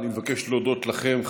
אני מבקש להודות לכם,